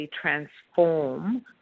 transform